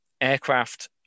aircraft